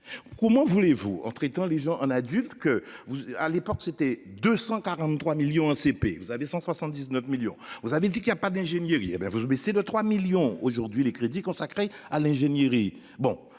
Comment voulez-vous en traitant les gens un adulte que vous à l'époque, c'était 243 millions ACP vous avez 179 millions, vous avez dit qu'il y a pas d'ingénierie et ben vous baisser de 3 millions aujourd'hui, les crédits consacrés à l'ingénierie.